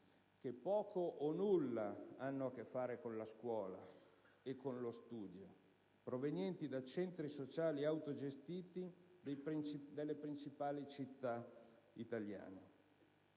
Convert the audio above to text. che poco o nulla hanno a che fare con la scuola e con lo studio, provenienti da centri sociali autogestiti delle principali città italiane.